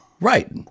Right